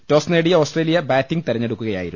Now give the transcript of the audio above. toss നേടിയ Australia batting തെരഞ്ഞെടുക്കുകയായിരുന്നു